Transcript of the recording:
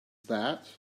that